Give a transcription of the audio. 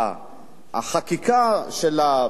החקיקה שלה,